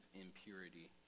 impurity